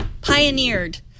pioneered